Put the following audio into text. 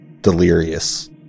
delirious